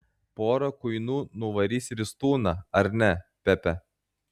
pora kuinų nuvarys ristūną ar ne pepe